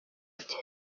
ati